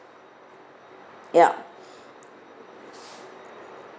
ya